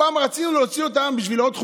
פעם רצינו להוציא אותם בשבילו עוד חוג,